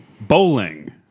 bowling